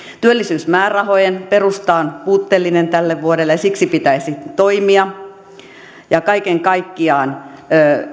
työllisyysmäärärahojen perusta on puutteellinen tälle vuodelle ja siksi pitäisi toimia kaiken kaikkiaan